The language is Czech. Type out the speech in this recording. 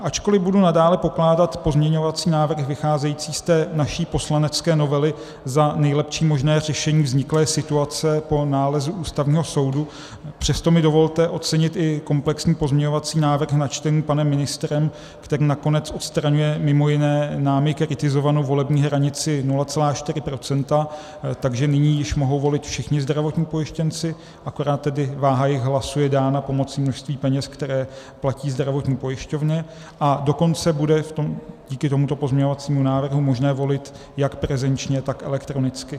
Ačkoli budu nadále pokládat pozměňovací návrhy vycházející z naší poslanecké novely za nejlepší možné řešení vzniklé situace po nálezu Ústavního soudu, přesto mi dovolte ocenit i komplexní pozměňovací návrh načtený panem ministrem, který nakonec odstraňuje mimo jiné námi kritizovanou volební hranici 0,4 %, takže nyní již mohou volit všichni zdravotní pojištěnci, akorát tedy váha jejich hlasu je dána pomocí množství peněz, které platí zdravotní pojišťovně, a dokonce bude díky tomuto pozměňovacímu návrhu možné volit jak prezenčně, tak elektronicky.